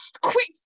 quick